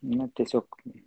na tiesiog